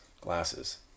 glasses